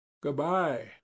Good-bye